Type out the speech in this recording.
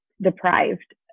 deprived